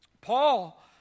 Paul